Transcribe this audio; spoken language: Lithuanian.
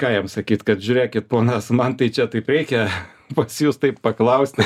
ką jam sakyti kad žiūrėkit ponas man tai čia taip reikia pats jus taip paklausti